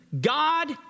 God